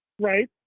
right